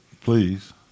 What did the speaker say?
Please